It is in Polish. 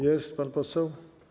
Jest pan poseł?